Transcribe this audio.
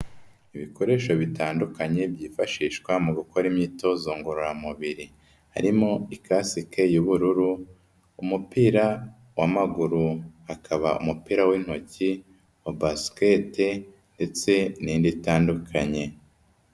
Ibikoresho bitandukanye byifashishwa mu gukora imyitozo ngororamubiri, harimo ikasike y'ubururu, umupira w'amaguru, hakaba umupira w'intoki wa basket ndetse n'indi itandukanye.